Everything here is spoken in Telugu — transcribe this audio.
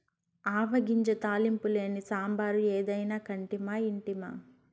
ఆవ గింజ తాలింపు లేని సాంబారు ఏదైనా కంటిమా ఇంటిమా